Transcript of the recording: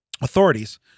authorities